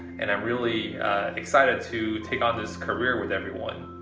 and i'm really excited to take on this career with everyone.